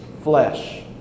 flesh